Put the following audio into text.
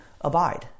abide